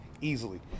easily